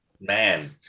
man